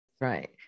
Right